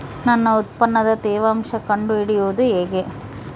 ನನ್ನ ಉತ್ಪನ್ನದ ತೇವಾಂಶ ಕಂಡು ಹಿಡಿಯುವುದು ಹೇಗೆ?